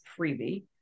freebie